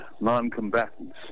non-combatants